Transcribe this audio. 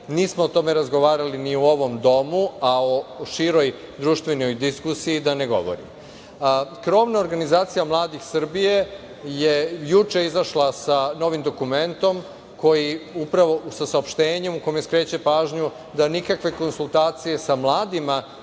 nismo o tome razgovarali ni u ovom domu, a o široj društvenoj diskusiji da ne govorim. Krovna organizacija mladih Srbije je juče izašla sa novim dokumentom, sa saopštenjem u kome skreće pažnju da nikakve konsultacije sa mladima